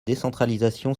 décentralisation